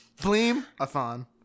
Bleemathon